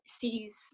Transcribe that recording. sees